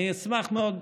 אני אשמח מאוד,